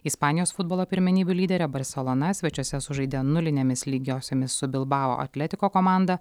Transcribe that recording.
ispanijos futbolo pirmenybių lyderė barselona svečiuose sužaidė nulinėmis lygiosiomis su bilbao atletiko komanda